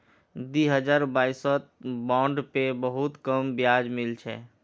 दी हजार बाईसत बॉन्ड पे बहुत कम ब्याज मिल छेक